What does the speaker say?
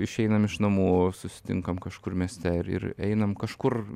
išeinam iš namų susitinkam kažkur mieste ir ir einam kažkur